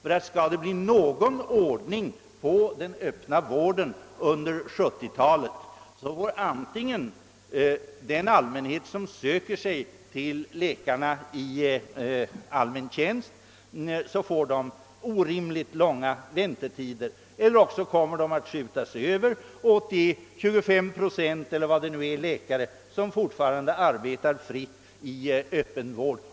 Skall det bli någon ordning på den öppna vården under 1970-talet, får antingen den allmänhet, som söker sig till läkarna i allmän tjänst, orimligt långa väntetider, eller också kommer den att skjutas över till de 25 procent av läkarna, eller hur många det kan vara, som fortfarande arbetar fritt i öppen vård.